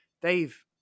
Dave